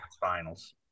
finals